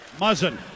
Muzzin